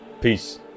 Peace